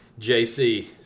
JC